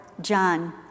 John